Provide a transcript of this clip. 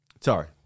Sorry